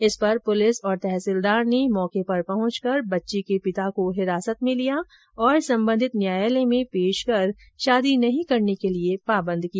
इस पर पुलिस और तहसीलदार ने मौके पर पहुंचकर बच्ची के पिता को हिरासत में ले लिया और संबंधित न्यायालय में पेश कर शादी नही करने के लिये पाबंद किया